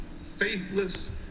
faithless